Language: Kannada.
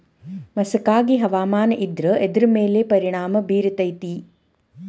ಮಸಕಾಗಿ ಹವಾಮಾನ ಇದ್ರ ಎದ್ರ ಮೇಲೆ ಪರಿಣಾಮ ಬಿರತೇತಿ?